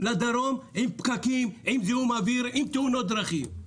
לדרום עם פקקים, עם זיהום אוויר, עם תאונות דרכים.